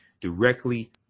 directly